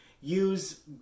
use